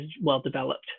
well-developed